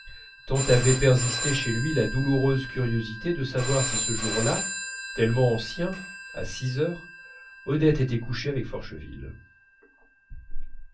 tant avait persisté chez lui la douloureuse curiosité de savoir si ce jour-là tellement ancien à six heures odette était couchée avec forcheville